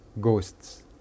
ghosts